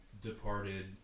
departed